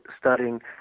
studying